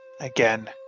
again